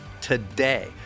today